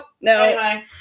no